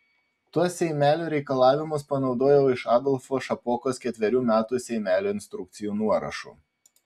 tuos seimelių reikalavimus panaudojau iš adolfo šapokos ketverių metų seimelių instrukcijų nuorašų